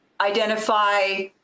Identify